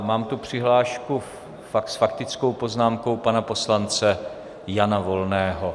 Mám tu přihlášku s faktickou poznámkou pana poslance Jana Volného.